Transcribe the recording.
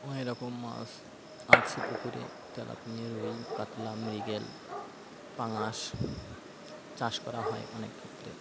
অনেক রকম মাছ আছে পুকুরে তেলাপিয়া রুই কাতলা মৃগেল পাঙাশ চাষ করা হয় অনেক ক্ষেত্রে